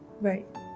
Right